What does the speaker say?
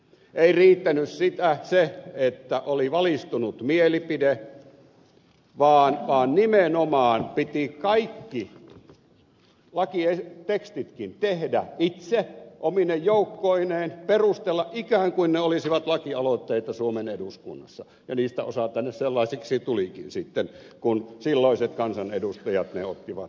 ei riittänyt se että oli valistunut mielipide vaan nimenomaan piti kaikki lakitekstitkin tehdä itse omine joukkoineen perustella ikään kuin ne olisivat lakialoitteita suomen eduskunnassa ja niistä osa tänne sellaisiksi tulikin sitten kun silloiset kansanedustajat ne ottivat omiin nimiinsä